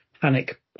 panic